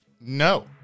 no